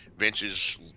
Vince's